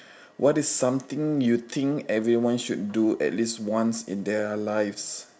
what is something you think everyone should do at least once in their lives